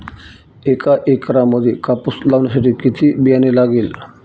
एका एकरामध्ये कापूस लावण्यासाठी किती बियाणे लागेल?